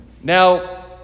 Now